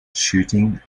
shooting